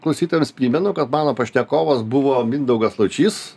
klausytojams primenu kad mano pašnekovas buvo mindaugas laučys